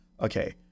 okay